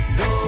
no